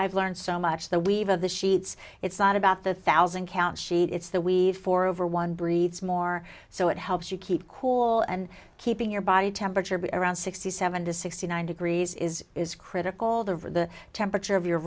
i've learned so much the we've of the sheets it's not about the thousand count sheet it's that we've for over one breathes more so it helps you keep cool and keeping your body temperature but around sixty seven to sixty nine degrees is is critical the temperature of your